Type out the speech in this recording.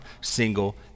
single